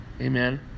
amen